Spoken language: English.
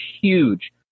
huge